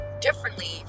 differently